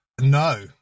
No